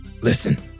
Listen